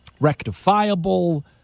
rectifiable